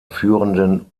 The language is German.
führenden